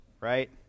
right